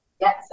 Yes